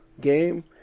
game